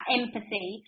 empathy